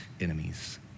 enemies